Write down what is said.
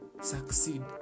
succeed